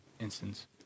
instance